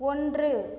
ஒன்று